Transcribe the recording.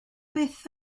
byth